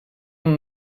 amb